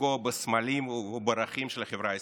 לפגוע בסמלים ובערכים של החברה הישראלית.